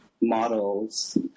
models